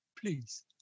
please